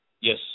Yes